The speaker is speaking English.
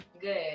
good